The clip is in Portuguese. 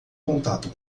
contato